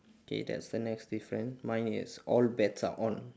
okay that's the next different mine is all bets are on